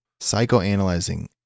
psychoanalyzing